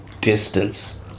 Distance